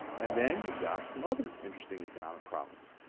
and then you've got some other interesting economic problems.